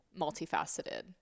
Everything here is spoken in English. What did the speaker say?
multifaceted